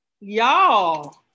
Y'all